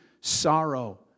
sorrow